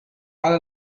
على